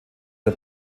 der